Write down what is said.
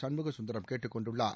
சண்முக சுந்தரம் கேட்டுக் கொண்டுள்ளார்